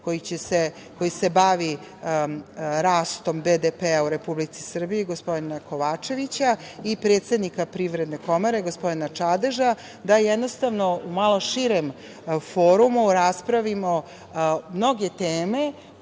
koji se bavi rastom BDP u Republici Srbiji, gospodina Kovačevića, i predsednika Privredne komore, gospodina Čadeža, da jednostavno u malo širem forumu raspravimo mnoge teme